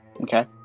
Okay